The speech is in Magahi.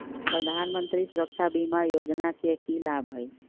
प्रधानमंत्री सुरक्षा बीमा योजना के की लाभ हई?